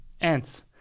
ants